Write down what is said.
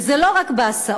וזה לא רק בהסעות.